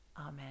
Amen